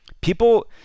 People